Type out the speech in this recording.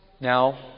Now